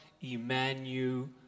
Emmanuel